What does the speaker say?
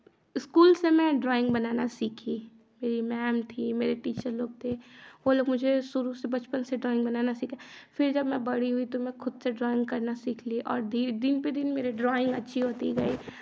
school से मैं drawing बनाना सीखी मेरी मैम थी मेरे टीचर लोग थे वो लोग मुझे शुरू से बचपन से ड्राॅइंग बनाना सिखा फिर जब मैं बड़ी हुई तो मैं खुद से ड्राॅइंग करना सीख लिए और दिन पे दिन मेरे ड्राॅइंग अच्छी होती गई